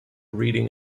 reading